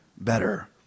better